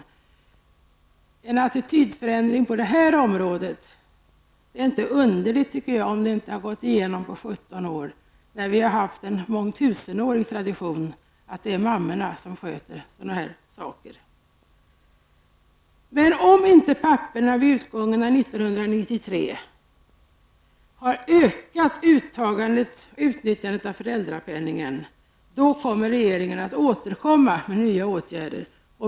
Det är en liten attitydförändring på det här området. Det är inte underligt att det inte har gått igenom på 17 år, eftersom vi har haft en mångtusenårig tradition om att det är mammorna som sköter sådana här saker. Om inte papporna vid utgången av år 1993 har ökat utnyttjandet av föräldrapenningen kommer regeringen att återkomma med nya åtgärder.